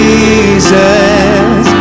Jesus